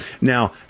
Now